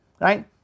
right